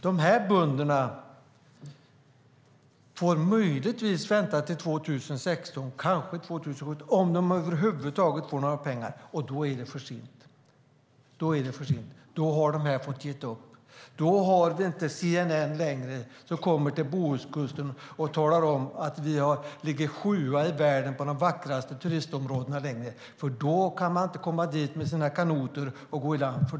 De här bönderna får möjligtvis vänta till 2016 eller 2017 om de över huvud taget får några pengar, och då är det för sent. Då har de redan fått ge upp. Då kommer inte CNN längre till Bohuskusten och säger att vi ligger sjua i världen bland de vackraste turistområdena, för då kan man inte längre komma dit med kanot och gå i land.